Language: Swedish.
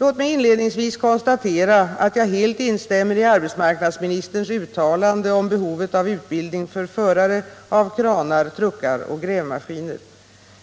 Låt mig inledningsvis konstatera att jag helt instämmer i arbetsmarknadsministerns uttalande om behovet av utbildning för förare av kranar, truckar och grävmaskiner.